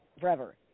forever